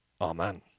Amen